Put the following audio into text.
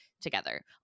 together